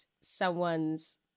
someone's